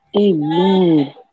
Amen